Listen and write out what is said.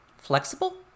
flexible